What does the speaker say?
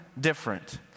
different